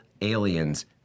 aliens